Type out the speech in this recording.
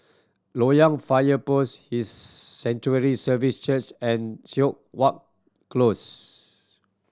Loyang Fire Post His Sanctuary Services Church and Siok Wan Close